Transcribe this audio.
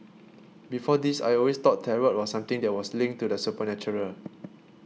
before this I always thought Tarot was something that was linked to the supernatural